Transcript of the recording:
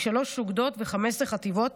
שלוש אוגדות ו-15 חטיבות,